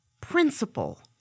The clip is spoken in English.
principle